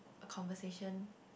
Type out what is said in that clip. a conversation